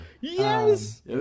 Yes